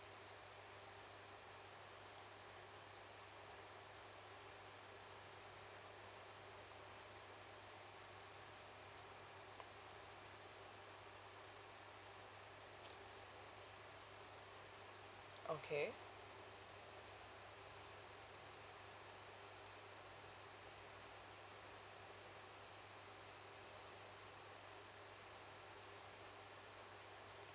okay